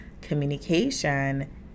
communication